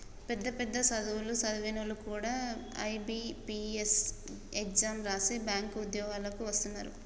పెద్ద పెద్ద సదువులు సదివినోల్లు కూడా ఐ.బి.పీ.ఎస్ ఎగ్జాం రాసి బ్యేంకు ఉద్యోగాలకు వస్తున్నరు